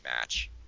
match